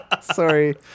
Sorry